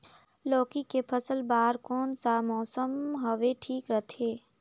लौकी के फसल बार कोन सा मौसम हवे ठीक रथे?